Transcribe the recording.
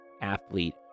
athlete